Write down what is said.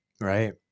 Right